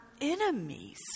enemies